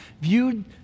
viewed